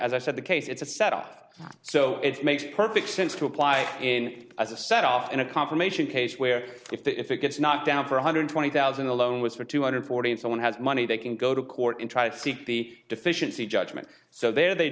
as i said the case it's a set off so it makes perfect sense to apply in as a set off in a confirmation case where if it gets knocked down for one hundred twenty thousand alone was for two hundred forty and someone has money they can go to court and try to seek the deficiency judgment so there they